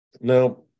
Now